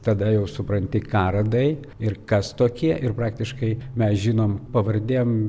tada jau supranti ką radai ir kas tokie ir praktiškai mes žinom pavardėm